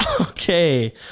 Okay